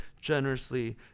generously